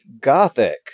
Gothic